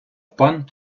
пан